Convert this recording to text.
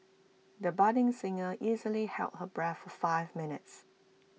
the budding singer easily held her breath for five minutes